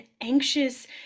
anxious